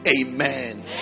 Amen